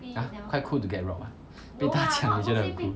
!huh! quite cool to get robbed ah 被打枪你觉得很 cool